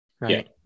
right